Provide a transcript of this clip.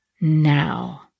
now